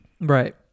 Right